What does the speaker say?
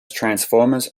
transformers